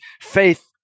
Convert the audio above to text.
faith